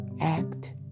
act